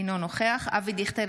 אינו נוכח אבי דיכטר,